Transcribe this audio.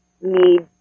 need